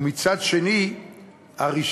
ומצד שני הרישיון